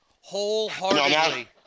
wholeheartedly